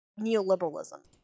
neoliberalism